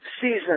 season